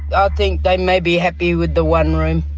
i think they may be happy with the one room.